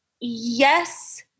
yes